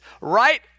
right